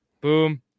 Boom